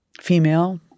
female